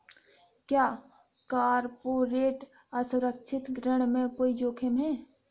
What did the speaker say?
क्या कॉर्पोरेट असुरक्षित ऋण में कोई जोखिम है?